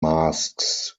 masks